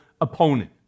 opponent